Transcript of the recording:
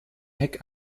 heck